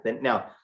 Now